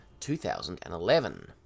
2011